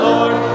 Lord